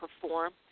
perform